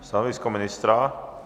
Stanovisko ministra?